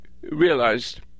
realized